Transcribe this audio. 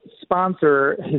sponsor